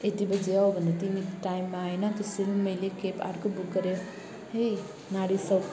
यति बजे आऊ भन्दा तिमी टाइममा आएन त्यसैले मैले क्याब अर्को बुक गरेँ है नरिसाउ